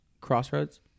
crossroads